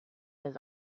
his